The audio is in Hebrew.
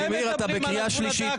ולדימיר, אתה בקריאה שלישית.